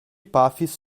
pafis